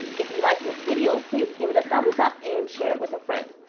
if you liked this video, please give it a thumbs up and share it with a friend.